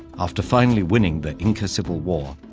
after finally winning the inca civil war,